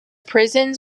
prisons